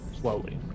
slowly